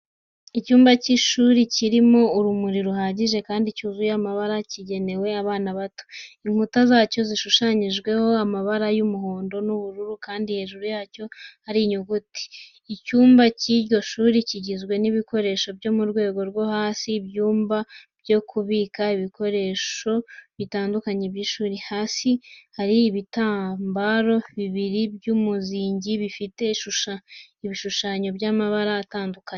Icyumba cy'ishuri kirimo urumuri ruhagije kandi cyuzuye amabara kigenewe abana bato. Inkuta zacyo zashushanyijwe amabara y'umuhondo n'ubururu kandi hejuru yacyo hari inyuguti. Icyumba cy'iryo shuri kigizwe n'ibikoresho byo mu rwego rwo hasi, ibyumba byo kubika ibikoresho bitandukanye by'ishuri, hasi hari ibitambaro bibiri by'umuzingi bifite ibishushanyo by'amabara atandukanye.